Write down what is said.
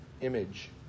image